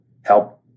help